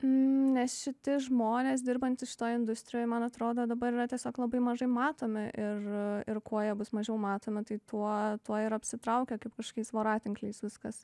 nes šiti žmonės dirbantys šitoj industrijoj man atrodo dabar yra tiesiog labai mažai matomi ir ir kuo jie bus mažiau matomi tai tuo ir apsitraukia kaip kažkokiais voratinkliais viskas